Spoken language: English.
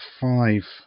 five